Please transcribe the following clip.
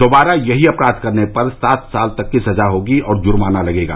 दोबारा यही अपराध करने पर सात साल तक की सजा होगी और जुर्माना लगेगा